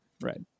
Right